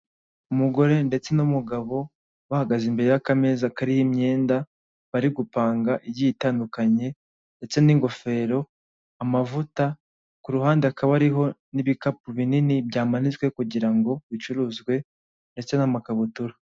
Umugore ndetse n'umugabo bahagaze imbere y'akameza kariho imyenda bari gupanga igiye itandukanye ndetse n'ingofero, amavuta, ku ruhande akaba ariho n'ibikapu binini byamanitswe kugira ngo bicuruzwe ndetse n'amakabutura.